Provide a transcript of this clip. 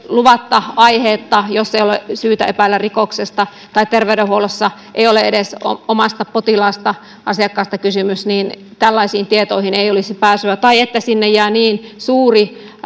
luvatta tai aiheetta jos ei ole syytä epäillä rikoksesta tai terveydenhuollossa ei ole edes omaisesta potilaasta tai asiakkaasta kysymys tällaisiin tietoihin ei pitäisi olla pääsyä tai sinne pitäisi jäädä niin suuri